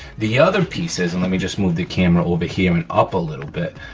the other piece is, and let me just move the camera over here and up a little bit,